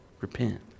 Repent